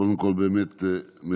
קודם כול, באמת מרגש.